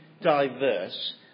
diverse